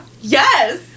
Yes